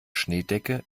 schneedecke